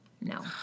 no